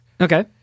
Okay